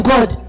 God